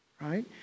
right